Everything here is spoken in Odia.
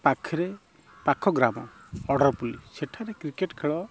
ପାଖରେ ପାଖ ଗ୍ରାମ ଅଡ଼ରପୁଲି ସେଠାରେ କ୍ରିକେଟ୍ ଖେଳ